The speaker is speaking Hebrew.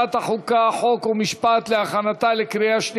לוועדת החוקה, חוק ומשפט נתקבלה.